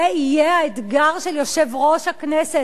זה יהיה האתגר של יושב-ראש הכנסת.